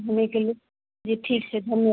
घूमे के लेल जी ठीक छै धन्यवाद